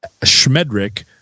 Schmedrick